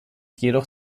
jedoch